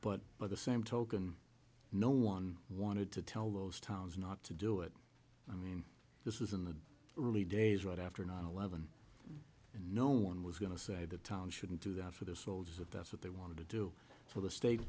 but by the same token no one wanted to tell those towns not to do it i mean this is in the early days right after nine eleven no one was going to say the town shouldn't do that for the soldiers it that's what they wanted to do for the state